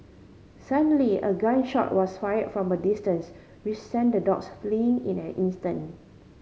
suddenly a gun shot was fired from a distance which sent the dogs fleeing in an instant